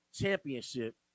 championship